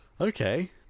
Okay